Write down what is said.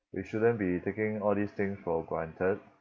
we shouldn't be taking all these things for granted